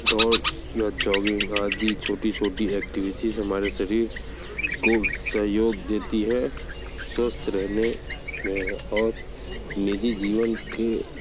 दौड़ या जॉगिंग आदि छोटी छोटी एक्टिविटीज़ हमारे शरीर को सहयोग देती है स्वस्थ रहने में और निजी जीवन के